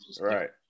right